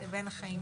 ידי החריג הקיים